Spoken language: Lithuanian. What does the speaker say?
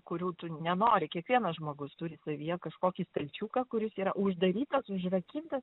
kurių tu nenori kiekvienas žmogus turi savyje kažkokį stalčiuką kuris yra uždarytas užrakintas